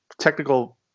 technical